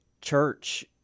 church